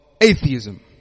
atheism